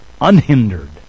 unhindered